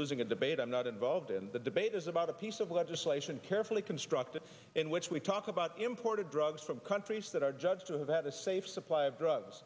losing a debate i'm not involved in the debate is about a piece of legislation carefully constructed in which we talk about imported drugs from countries that are judged to have a safe supply of drugs